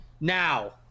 Now